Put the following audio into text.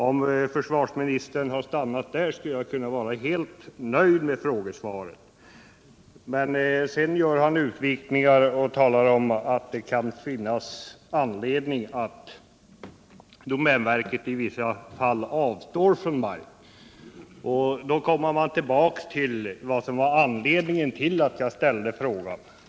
Om försvarsministern hade stannat där kunde jag ha varit helt nöjd med frågesvaret, men han gör utvikningar och talar om att det kan finnas anledning till att domänverket i vissa fall avstår från mark. Då kommer man tillbaka till det som var anledningen till att jag ställde frågan.